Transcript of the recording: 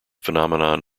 phenomenon